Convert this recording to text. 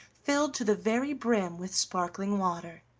filled to the very brim with sparkling water.